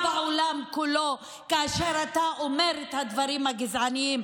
בעולם כולו כאשר אתה אומר את הדברים הגזעניים.